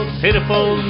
pitiful